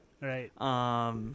Right